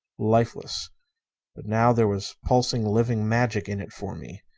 lifeless. but now there was pulsing, living magic in it for me.